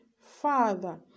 Father